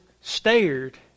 stared